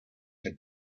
had